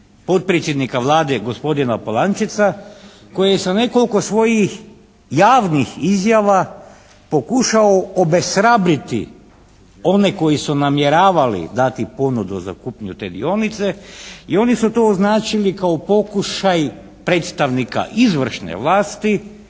potpredsjednika Vlade gospodina Polančeca koji je sa nekoliko svojih javnih izjava pokušao obeshrabriti one koji su namjeravali dati ponudu za kupnju te dionice i oni su to označili kao pokušaj predstavnika izvršne vlasti